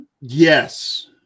Yes